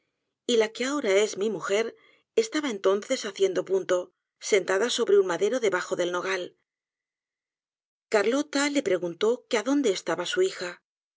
y la que ahorra es mi mujer estaba entonces haciendo punto sentada sobre un madero debajo del nogal carlota le preguntó que á dónde estaba su hija